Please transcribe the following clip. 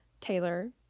Taylor